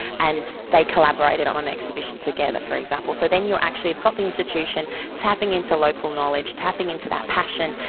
and they collaborated on an exhibition together for example so then you've actually got the institution tapping into local knowledge, tapping into that passion,